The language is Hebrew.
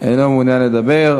אינו מעוניין לדבר.